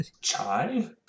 Chai